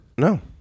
No